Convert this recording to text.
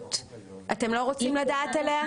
אתם לא רוצים לדעת עליה?